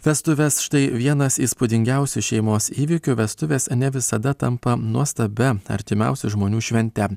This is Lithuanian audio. vestuves štai vienas įspūdingiausių šeimos įvykių vestuvės ne visada tampa nuostabia artimiausių žmonių švente